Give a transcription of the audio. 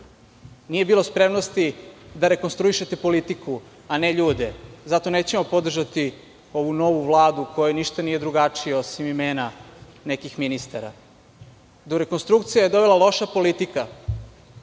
Nije bilo spremnosti da rekonstruišete politiku, a ne ljude. Zato nećemo podržati ovu novu Vladu u kojoj ništa nije drugačije, osim imena nekih ministara. Do rekonstrukcije je dovela loša politika.